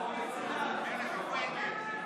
כל המושחתים,